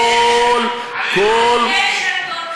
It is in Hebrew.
על גשר דורכים, אדוני השר.